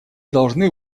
должны